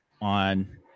on